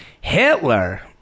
Hitler